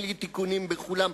ואין לי תיקונים בכולם.